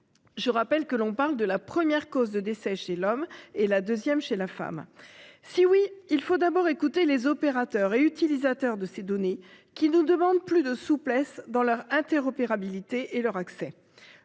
Je rappelle que l'on parle de la première cause de décès chez l'homme, et de la deuxième chez la femme. Si oui, il faut d'abord écouter les opérateurs et utilisateurs de ces données, qui nous demandent plus de souplesse dans leur interopérabilité et leur accès.